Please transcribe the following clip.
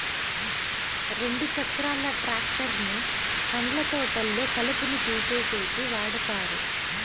రెండు చక్రాల ట్రాక్టర్ ను పండ్ల తోటల్లో కలుపును తీసేసేకి వాడతారు